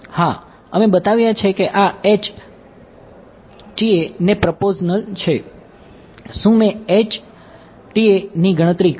હા અમે બતાવ્યા છે કે આ ને પ્રપ્રોઝનલ છે શું મેં ની ગણતરી કરી છે